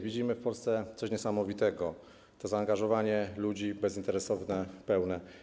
Widzimy w Polsce coś niesamowitego, to zaangażowanie ludzi bezinteresowne, pełne.